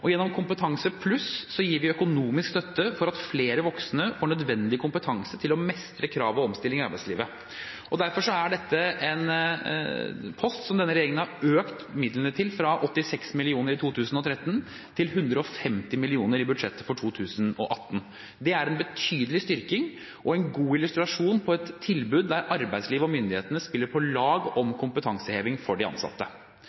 Gjennom Kompetansepluss gir vi økonomisk støtte for at flere voksne får nødvendig kompetanse til å mestre krav og omstilling i arbeidslivet. Derfor er dette en post som denne regjeringen har økt midlene til, fra 86 mill. kr i 2013 til 150 mill. kr i budsjettet for 2018. Det er en betydelig styrking og en god illustrasjon på et tilbud der arbeidslivet og myndighetene spiller på lag